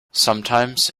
sometimes